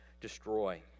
destroy